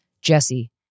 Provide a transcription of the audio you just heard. Jesse